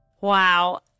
Wow